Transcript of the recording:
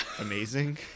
amazing